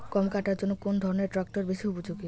গম কাটার জন্য কোন ধরণের ট্রাক্টর বেশি উপযোগী?